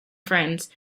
friends